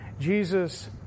Jesus